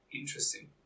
interesting